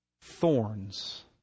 Thorns